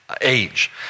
age